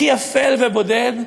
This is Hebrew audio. הכי אפל ובודד,